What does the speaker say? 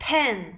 Pen